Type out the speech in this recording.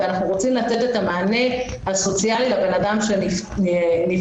ואנחנו רוצים לתת את המענה הסוציאלי לאדם שנפגע.